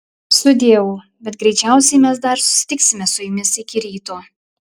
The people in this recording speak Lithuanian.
sudieu bet greičiausiai mes dar susitiksime su jumis iki ryto